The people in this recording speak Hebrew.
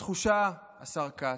התחושה, השר כץ,